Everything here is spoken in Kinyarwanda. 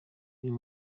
uyu